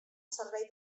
servei